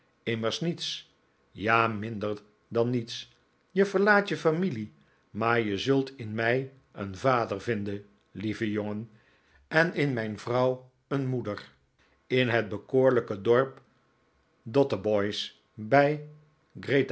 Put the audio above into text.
immers niets ja minder dan niets je verlaat je familie maar je zult in mij een vader vinden lieve jongen en in mijn vrouw een moeder in het bekoorlijke dorp dotheboys bij